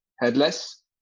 headless